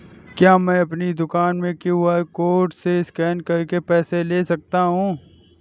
क्या मैं अपनी दुकान में क्यू.आर कोड से स्कैन करके पैसे ले सकता हूँ?